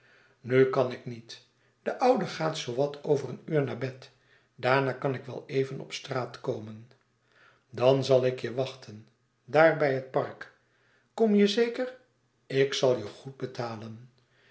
nu kan ik niet de oude gaat zoowat over een uur naar bed daarna kan ik wel even op straat komen dan zal ik je wachten daar bij het park kom je zeker ik zal je goed betalen